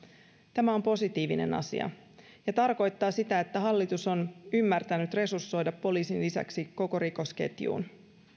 tämä on positiivinen asia ja tarkoittaa sitä että hallitus on ymmärtänyt resursoida poliisin lisäksi koko rikosketjuun